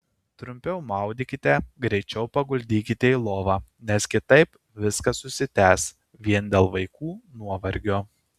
trumpiau maudykite greičiau paguldykite į lovą nes kitaip viskas užsitęs vien dėl vaikų nuovargio